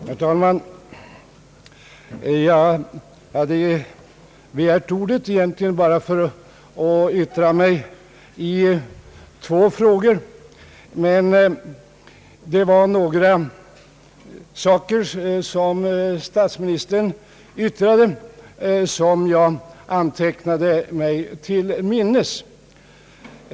Herr talman! Jag hade begärt ordet egentligen bara för att yttra mig i två frågor, men statsministern fällde några yttranden som jag antecknade mig till minnes.